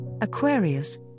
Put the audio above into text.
Aquarius